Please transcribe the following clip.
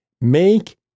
Make